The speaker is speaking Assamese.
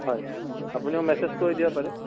হয় আপুনি মোক মেছেজ কৰি দিব পাৰে